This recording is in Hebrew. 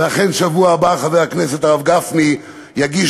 ואכן בשבוע הבא חבר הכנסת הרב גפני יגיש